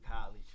college